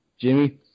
Jimmy